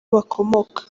bakomoka